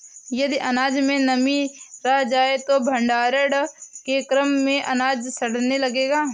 यदि अनाज में नमी रह जाए तो भण्डारण के क्रम में अनाज सड़ने लगेगा